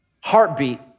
heartbeat